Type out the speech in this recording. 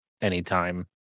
anytime